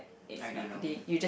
can I do now